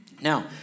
Now